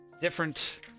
different